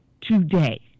today